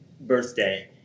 birthday